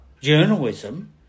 journalism